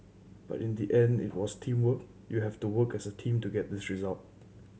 but in the end it was teamwork you have to work as a team to get this result